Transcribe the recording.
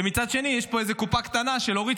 ומצד שני יש פה איזו קופה קטנה של אורית